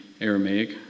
Aramaic